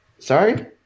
Sorry